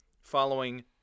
following